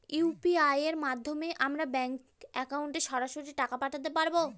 UPI এর মাধ্যমে আমরা ব্যাঙ্ক একাউন্টে সরাসরি টাকা পাঠাতে পারবো?